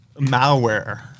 Malware